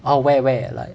!wow! where where like